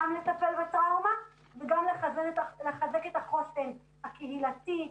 גם לטפל בטראומה וגם לחזק את החוסן הקהילתי,